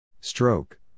Stroke